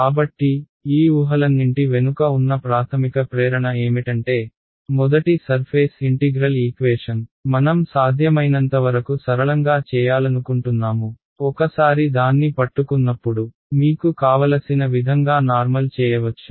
కాబట్టి ఈ ఊహలన్నింటి వెనుక ఉన్న ప్రాథమిక ప్రేరణ ఏమిటంటే మొదటి సర్ఫేస్ ఇంటిగ్రల్ ఈక్వేషన్ మనం సాధ్యమైనంతవరకు సరళంగా చేయాలనుకుంటున్నాము ఒకసారి దాన్ని పట్టుకున్నప్పుడు మీకు కావలసిన విధంగా నార్మల్ చేయవచ్చు